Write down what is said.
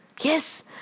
Yes